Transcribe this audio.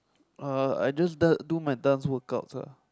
uh I just d~ do my dance workouts ah